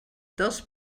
dels